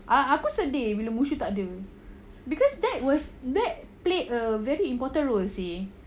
aku sedih bila mushu takde because that was that played a very important role you seh